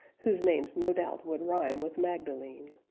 whose names, no doubt, would rime with magdalene.